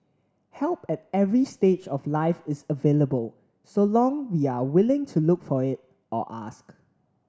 help at every stage of life is available so long we are willing to look for it or ask